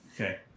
Okay